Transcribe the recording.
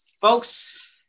folks